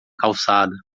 calçada